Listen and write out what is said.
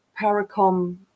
Paracom